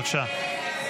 בבקשה.